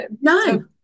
No